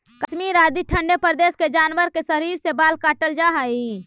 कश्मीर आदि ठण्ढे प्रदेश के जानवर के शरीर से बाल काटल जाऽ हइ